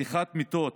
פתיחת מיטות